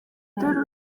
derulo